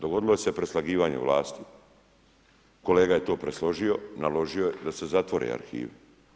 Dogodilo se preslagivanje vlasti, kolega je to presložio, naložio je da se zatvore arhivi.